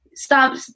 stop